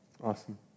Awesome